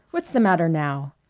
what's the matter now?